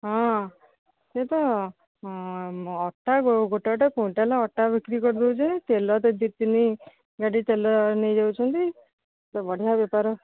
ହଁ ସେ ତ ଅଟା ଗୋଟେଟା କୁଇଣ୍ଟାଲ୍ ଅଟା ବିକ୍ରି କରିଦେଉଛେ ତେଲ ତ ଦୁଇ ତିନି ଗାଡ଼ି ତେଲ ନେଇ ଯାଉଛନ୍ତି ତ ବଢ଼ିଆ ବେପାର